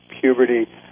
puberty